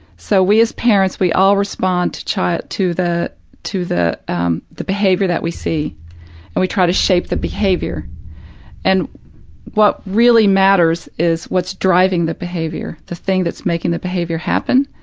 so, we as parents, we all respond to child to the to the um behavior that we see and we try to shape the behavior and what really matters is what's driving the behavior the thing that's making the behavior happen,